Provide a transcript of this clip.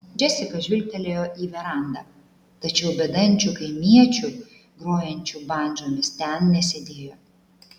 džesika žvilgtelėjo į verandą tačiau bedančių kaimiečių grojančių bandžomis ten nesėdėjo